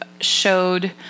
showed